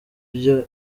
byo